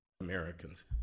Americans